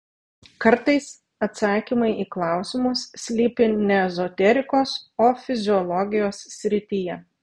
kartais atsakymai į klausimus slypi ne ezoterikos o fiziologijos srityje